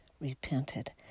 repented